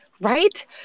right